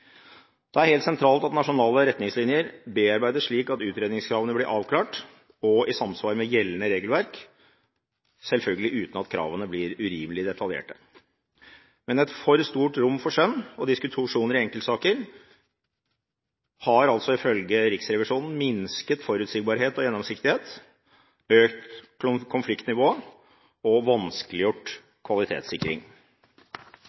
det nye lovverket. Det er helt sentralt at nasjonale retningslinjer bearbeides slik at utredningskravene blir avklart og er i samsvar med gjeldende regelverk – selvfølgelig uten at kravene blir urimelig detaljerte. Et for stort rom for skjønn og diskusjoner i enkeltsaker har ifølge Riksrevisjonen minsket forutsigbarheten og gjennomsiktigheten, økt konfliktnivået og vanskeliggjort